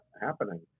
happening